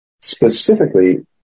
specifically